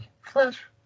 flash